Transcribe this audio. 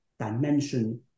dimension